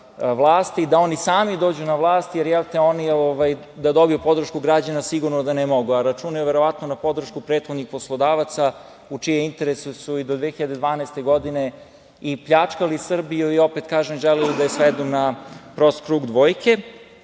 da oni sami dođu na vlast, da dobiju podršku građana sigurno da ne mogu, a računaju verovatno na podršku prethodnih poslodavaca u čijem interesu su i do 2012. godine pljačkali Srbiju i opet želeli daje svedu na prost krug dvojke. Ono